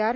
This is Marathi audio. आर